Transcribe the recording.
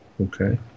okay